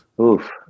Oof